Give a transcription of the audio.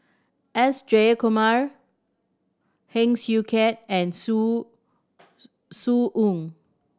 S Jayakumar Heng Swee Keat and Zhu Zhu